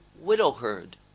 widowhood